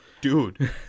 Dude